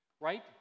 Right